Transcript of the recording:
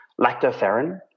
lactoferrin